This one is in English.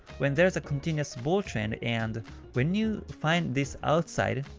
when there's a continuous bull trend and when you find this outside,